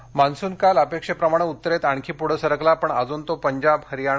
हवामान मान्सून काल अपेक्षेप्रमाणे उत्तरेत आणखी पुढे सरकला पण अजून तो पंजाब हरियाणा